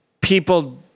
people